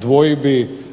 dvojbi,